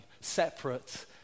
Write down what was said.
separate